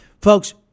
Folks